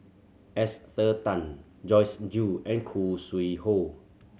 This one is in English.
Esther Tan Joyce Jue and Khoo Sui Hoe